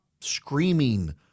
screaming